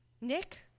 Nick